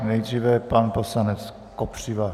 Nejdříve pan poslanec Kopřiva.